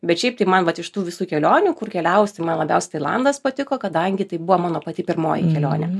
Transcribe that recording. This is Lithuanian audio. bet šiaip tai man vat iš tų visų kelionių kur keliausi man labiausiai tailandas patiko kadangi tai buvo mano pati pirmoji kelionė